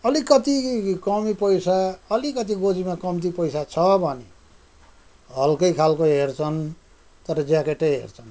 अलिकति कमी पैसा अलिकति गोजीमा कम्ती पैसा छ भने हल्कै खालको हेर्छन् तर ज्याकेटै हेर्छन्